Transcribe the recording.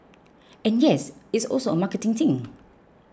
and yes it's also a marketing thing